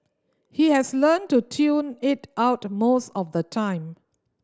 he has learnt to tune it out most of the time